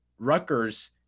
Rutgers